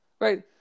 Right